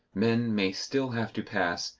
men may still have to pass,